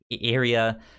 area